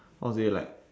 how to say like